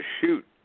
shoot